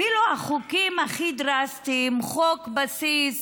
אפילו החוקים הכי דרסטיים: חוק בסיס: